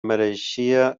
mereixia